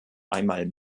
einmal